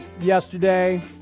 yesterday